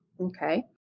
Okay